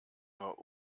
nur